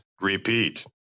repeat